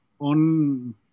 on